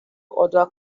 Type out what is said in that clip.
other